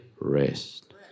rest